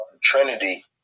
Trinity